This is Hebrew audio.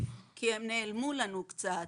כי הם נעלמו לנו קצת.